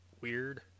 weird